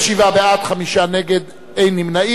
להלן התוצאות: 27 בעד, חמישה נגד, אין נמנעים.